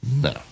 no